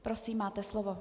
Prosím, máte slovo.